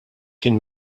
kien